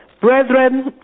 brethren